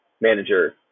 manager